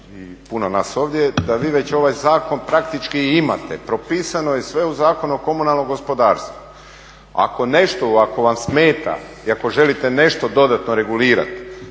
i puno nas ovdje da vi već ovaj zakon praktički imate. Propisano je sve u Zakonu o komunalnom gospodarstvu. Ako nešto, ako vam smeta i ako želite nešto dodatno regulirati